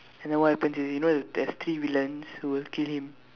and then what happen to him you know there's three villains who will kill him